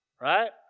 right